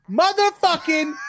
motherfucking